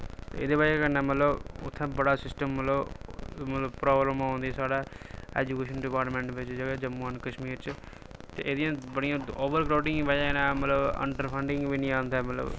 एह्दी वजह् कन्नै मतलब उत्थै बड़ा सिस्टम मतलब मतलब प्रॉब्लम आवै दी साढ़े ऐजुकेशन डिपार्टमैंट बिच जेह्का जम्मू ऐंड़ कश्मीर च एह्दियां बड़ियां ओवर क्राउडिंग दी वजह् नै मतलब अंडर फंडिंग बी निं औंदा ऐ मतलब